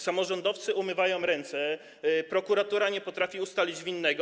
Samorządowcy umywają ręce, prokuratura nie potrafi ustalić winnego.